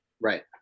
Right